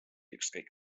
ükskõik